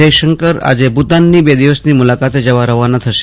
જયશંકર આજે ભૂતાનની બે દિવસની મુલાકાતે જવા રવાના થશે